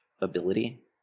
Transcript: ability